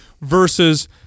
Versus